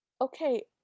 Okay